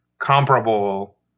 comparable